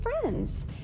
friends